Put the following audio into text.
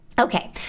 Okay